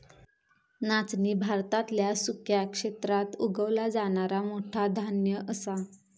नाचणी भारतातल्या सुक्या क्षेत्रात उगवला जाणारा मोठा धान्य असा